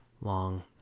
long